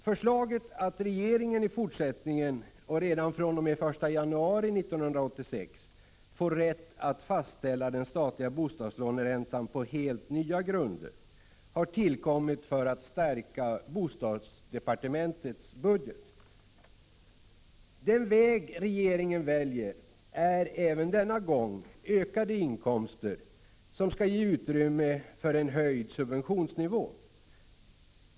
Förslaget att regeringen i fortsättningen — redan fr.o.m. den 1 januari 1986 — får rätt att fastställa den statliga bostadslåneräntan på helt nya grunder har tillkommit för att stärka bostadsdepartementets budget. Den väg regeringen väljer är även denna gång ökade inkomster, som skall ge utrymme för en höjd subventionsnivå.